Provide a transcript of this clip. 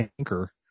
anchor